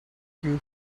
few